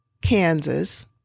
Kansas